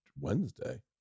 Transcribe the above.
Wednesday